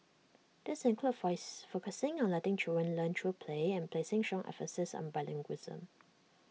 these include focusing on letting children learn through play and placing strong emphasis on bilingualism